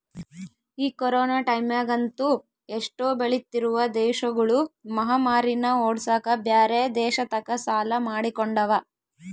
ಈ ಕೊರೊನ ಟೈಮ್ಯಗಂತೂ ಎಷ್ಟೊ ಬೆಳಿತ್ತಿರುವ ದೇಶಗುಳು ಮಹಾಮಾರಿನ್ನ ಓಡ್ಸಕ ಬ್ಯೆರೆ ದೇಶತಕ ಸಾಲ ಮಾಡಿಕೊಂಡವ